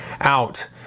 out